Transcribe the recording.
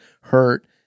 hurt